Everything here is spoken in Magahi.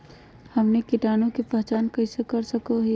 हमनी कीटाणु के पहचान कइसे कर सको हीयइ?